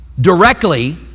Directly